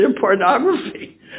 pornography